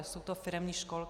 Jsou to firemní školky.